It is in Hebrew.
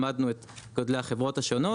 למדנו את גודלי החברות השונות,